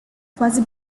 quasi